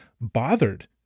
bothered